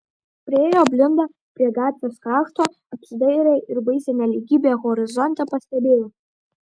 priėjo blinda prie gatvės krašto apsidairė ir baisią nelygybę horizonte pastebėjo